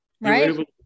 Right